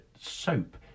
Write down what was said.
soap